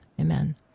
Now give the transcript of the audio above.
Amen